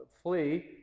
flee